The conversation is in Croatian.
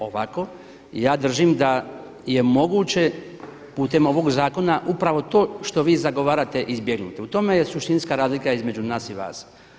Ovako, ja držim da je moguće putem ovog zakona upravo to što vi zagovarate izbjegnuti, u tome je suštinska razlika između nas i vas.